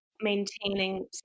maintaining